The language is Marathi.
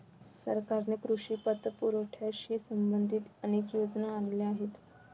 सरकारने कृषी पतपुरवठ्याशी संबंधित अनेक योजना आणल्या आहेत